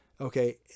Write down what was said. Okay